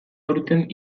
aurten